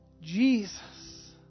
Jesus